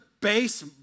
base